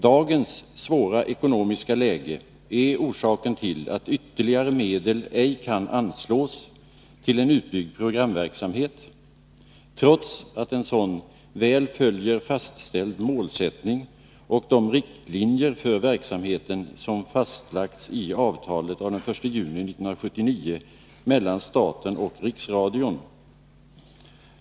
Dagens svåra ekonomiska läge är orsaken till att ytterligare medel ej kan anslås till en utbyggd programverksamhet, trots att en sådan väl följer fastställd målsättning och de riktlinjer för verksamheten som fastlagts i avtalet av 1 juni 1979 mellan staten och Riksradion.